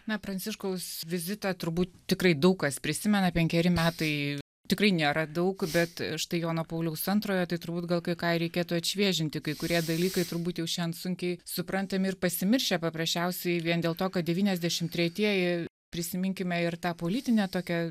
na pranciškaus vizitą turbūt tikrai daug kas prisimena penkeri metai tikrai nėra daug bet štai jono pauliaus antrojo tai turbūt gal kai ką ir reikėtų atšviežinti kai kurie dalykai turbūt jau šian sunkiai suprantami ir pasimiršę paprasčiausiai vien dėl to kad devyniasdešim tretieji prisiminkime ir tą politinę tokią